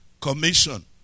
commission